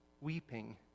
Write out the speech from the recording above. weeping